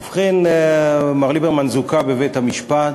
ובכן, מר ליברמן זוכה בבית-המשפט,